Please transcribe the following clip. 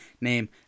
name